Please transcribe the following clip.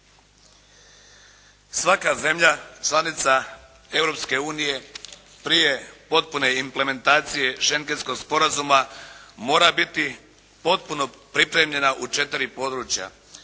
Svaka zemlja članica Europske unije prije potpune implementacije Šengejskog sporazuma mora biti potpuno pripremljena u četiri područja.